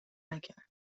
نکرد